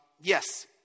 yes